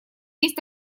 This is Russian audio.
есть